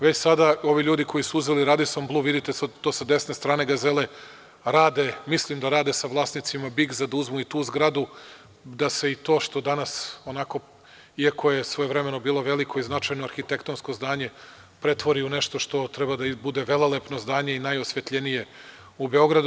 Već sada ovi ljudi koji su uzeli, vidite to sa desne strane gazele, rade, mislim da rade sa vlasnicima „Bigza“ da uzmu i tu zgradu da se i to što danas onako iako je svojevremeno bilo veliko i značajno arhitektonsko znanje pretvori u nešto što treba da bude velelepno zdanje i najosvetljenije u Beogradu.